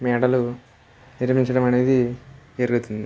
మేడలు నిర్మించడం అనేది జరుగుతుంది